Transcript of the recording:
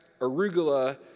arugula